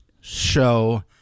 show